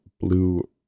Blue